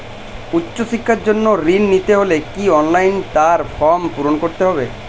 উচ্চশিক্ষার জন্য ঋণ নিতে হলে কি অনলাইনে তার ফর্ম পূরণ করা যাবে?